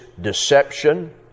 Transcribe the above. deception